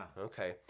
Okay